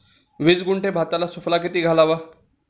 वीस गुंठे भाताला सुफला किती घालावा?